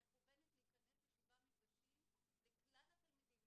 היא מכוונת להיכנס לשבעה מפגשים לכלל התלמידים,